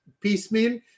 piecemeal